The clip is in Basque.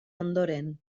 ondoren